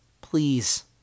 Please